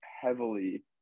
heavily